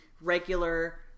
regular